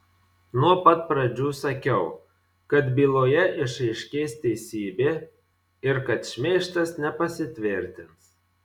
nuo pat pradžių sakiau kad byloje išaiškės teisybė ir kad šmeižtas nepasitvirtins